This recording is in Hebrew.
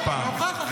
נוכח.